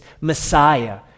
Messiah